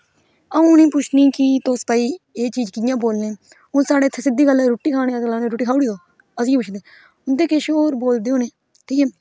आंऊ उंहेंगी पुच्छनी कि तुस भाई एह् चीज कियां बोलने हून साढ़े इत्थै सिद्धी गल्ल रुट्टी खाने आस्तै पुच्छना होऐ ते रोटी खाई ओड़ी ऐ अस इयां पुच्छने उन्दे किश और बोलदे होने ठीक ऐ